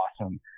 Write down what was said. awesome